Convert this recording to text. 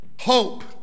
hope